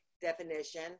definition